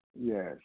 Yes